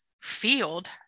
field